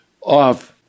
off